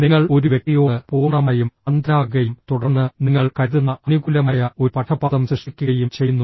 നിങ്ങൾ ഒരു വ്യക്തിയോട് പൂർണ്ണമായും അന്ധനാകുകയും തുടർന്ന് നിങ്ങൾ കരുതുന്ന അനുകൂലമായ ഒരു പക്ഷപാതം സൃഷ്ടിക്കുകയും ചെയ്യുന്നു